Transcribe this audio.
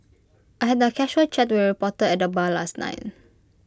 I had A casual chat with A reporter at the bar last night